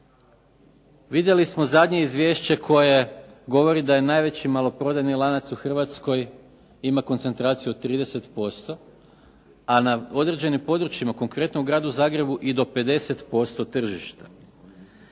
Vidjeli smo zadnje izvješće koje govori da je najveći maloprodajni lanac u Hrvatskoj ima koncentraciju od 30%, a na određenim područjima, konkretno u gradu Zagrebu i do 50% tržišta.